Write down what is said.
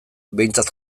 behintzat